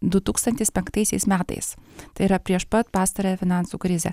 du tūkstantis penktaisiais metais tai yra prieš pat pastarąją finansų krizę